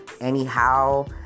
anyhow